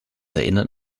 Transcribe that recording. erinnert